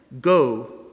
Go